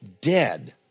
dead